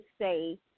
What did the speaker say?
say